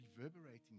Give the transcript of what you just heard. reverberating